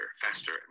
faster